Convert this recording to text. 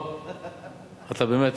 אתה במתח.